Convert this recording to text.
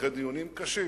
אחרי דיונים קשים,